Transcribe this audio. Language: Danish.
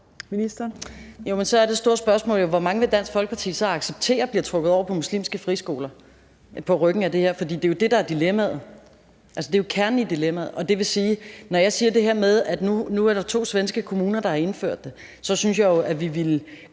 Jo, men så er det store spørgsmål jo, hvor mange Dansk Folkeparti så vil acceptere bliver trukket over på muslimske friskoler på ryggen af det her. For det er jo det, der er dilemmaet. Altså, det er jo kernen i dilemmaet, og det vil jo sige, at jeg, når jeg siger det her med, at der nu er to svenske kommuner, der har indført det, så synes, at vi ville